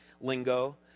lingo